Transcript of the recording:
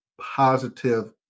positive